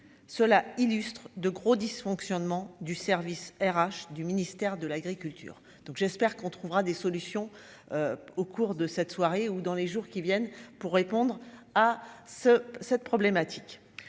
cela illustre de gros dysfonctionnements du service RH du ministère de l'agriculture, donc j'espère qu'on trouvera des solutions au cours de cette soirée ou dans les jours qui viennent, pour répondre à ce cette problématique